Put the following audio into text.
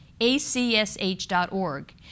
acsh.org